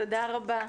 תודה רבה.